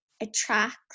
attracts